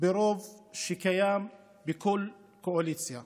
ברוב שקיים בכל קואליציה.